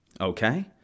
Okay